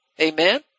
Amen